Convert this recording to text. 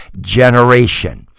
generation